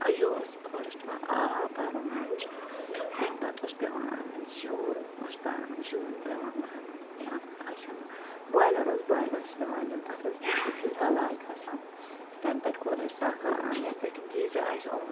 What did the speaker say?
یہِ اوس گۄڈٕ اوس پٮ۪وان آب بَرُن مَچہِ تمہِ پَتہٕ اوس پٮ۪وان اَنُن زیُن اوس بَرُن زیُن پٮ۪وان بَرُن یا آسہِ نہٕ بایلَر اوس بایلرَس پٮ۪وان دیُن تَتھ ٲس بِجلی فیٖس بَلاے کھَسان تَنہٕ پٮ۪ٹھ کوٚر اَسہِ سَکھ آرام یَنہٕ پٮ۪ٹھ یہِ گیٖزَر اَسہِ اوٚن